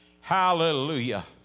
hallelujah